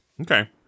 Okay